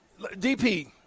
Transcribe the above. DP